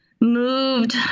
moved